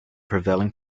prevailing